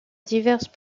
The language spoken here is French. diverses